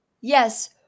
Yes